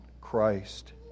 Christ